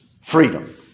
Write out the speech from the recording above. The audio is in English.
freedom